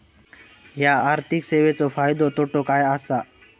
हया आर्थिक सेवेंचो फायदो तोटो काय आसा?